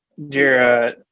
jira